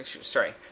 Sorry